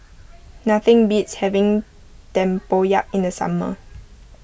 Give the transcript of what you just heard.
nothing beats having Tempoyak in the summer